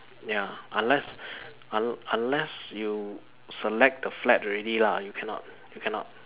ya unless un~ unless you select the flat already lah you cannot you cannot